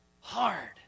hard